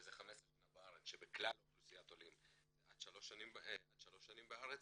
וזה 15 שנה בארץ כשבכלל העולים זה עד שלוש שנים בארץ